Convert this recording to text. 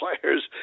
players